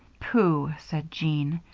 pooh! said jean.